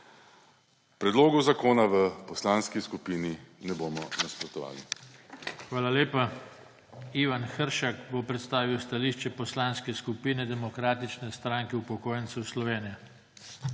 Predlogu zakona v poslanski skupini ne bomo nasprotovali. **PODPREDSEDNIK JOŽE TANKO:** Hvala lepa. Ivan Hršak bo predstavil stališče Poslanske skupine Demokratične stranke upokojencev Slovenije.